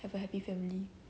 have a happy family